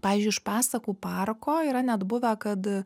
pavyzdžiui iš pasakų parko yra net buvę kad